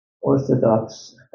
orthodox